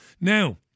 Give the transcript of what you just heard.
Now